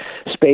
space